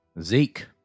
Zeke